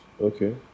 Okay